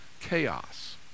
chaos